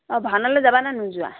অঁ ভাওনালৈ যাবা নে নোযোৱা